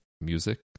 music